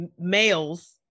males